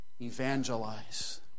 evangelize